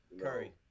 Curry